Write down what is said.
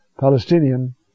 Palestinian